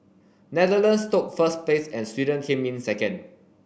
Netherlands took first place and Sweden came in second